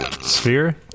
Sphere